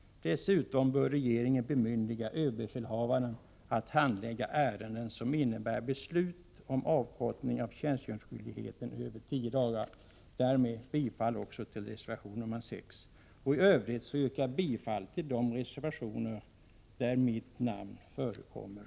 Dessutom bör regeringen bemyndiga överbefälhavaren att handlägga ärenden som innebär beslut om avkortning av tjänstgöringsskyldigheten utöver 10 dagar. Därmed yrkar jag bifall också till reservation 6. I övrigt yrkar jag bifall till de reservationer där mitt namn förekommer.